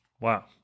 Wow